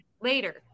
later